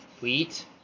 Wheat